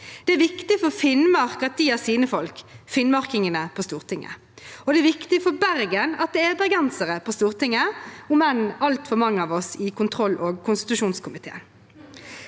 Det er viktig for Finnmark at de har sine folk, finnmarkingene, på Stortinget, og det er viktig for Bergen at det er bergensere på Stortinget – om enn altfor mange av oss i kontroll- og konstitusjonskomiteen.